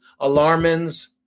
Alarmins